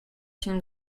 się